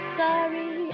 sorry